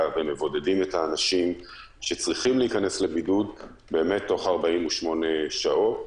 ומבודדים את האנשים שצריכים להיכנס לבידוד תוך 48 שעות.